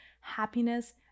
happiness